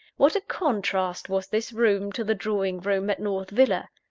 what a contrast was this room to the drawing-room at north villa!